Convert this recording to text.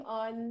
on